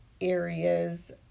areas